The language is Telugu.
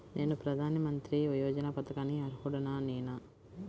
నేను ప్రధాని మంత్రి యోజన పథకానికి అర్హుడ నేన?